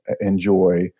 enjoy